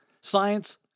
Science